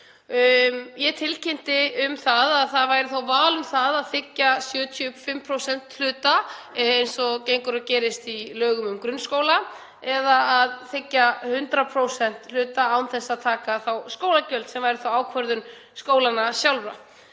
Ég tilkynnti um að val væri um það að þiggja 75% hluta eins og gengur og gerist í lögum um grunnskóla eða að þiggja 100% hluta án þess að taka skólagjöld, sem væri þá ákvörðun skólanna sjálfra.